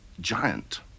giant